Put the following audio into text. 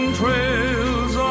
trails